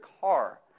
car